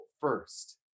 first